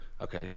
okay